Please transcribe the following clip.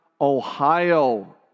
Ohio